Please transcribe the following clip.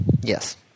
Yes